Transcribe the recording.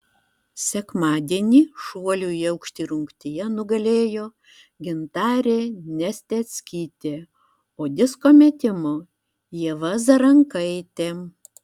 sekmadienį šuolių į aukštį rungtyje nugalėjo gintarė nesteckytė o disko metimo ieva zarankaitė